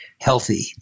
healthy